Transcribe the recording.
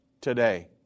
today